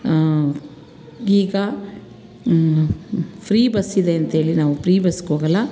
ಈಗ ಫ್ರೀ ಬಸ್ಸಿದೆ ಅಂಥೇಳಿ ನಾವು ಫ್ರೀ ಬಸ್ಸಿಗೋಗೋಲ್ಲ